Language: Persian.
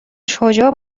شجاع